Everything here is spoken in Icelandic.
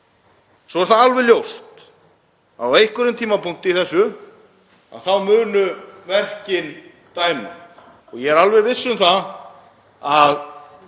Svo er það alveg ljóst að á einhverjum tímapunkti í þessu þá munu verkin dæma og ég er alveg viss um það að